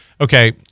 Okay